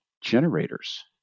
generators